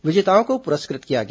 विजेताओं को पुरस्कृत किया गया